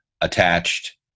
attached